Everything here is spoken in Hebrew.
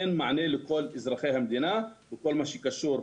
אין מענה לכל אזרחי המדינה בכל מה שקשור,